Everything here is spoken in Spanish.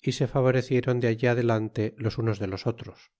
y se favorecieron de allí adelante los unos de los otros